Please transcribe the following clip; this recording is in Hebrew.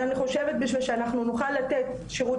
אני חושבת שבשביל שאנחנו נוכל לתת שרות